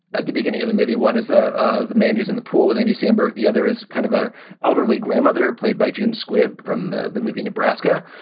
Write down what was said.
at the beginning of the movie, one is the ah the man who's in the pool with andy samberg. the other is kind of a elderly grandmother played by june squibb from the the movie nebraska.